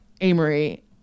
Amory